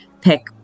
pick